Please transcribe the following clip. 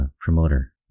promoter